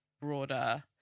broader